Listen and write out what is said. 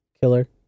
killer